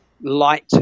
light